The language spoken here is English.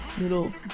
little